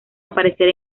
aparecer